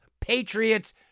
Patriots